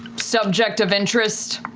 subject of interest.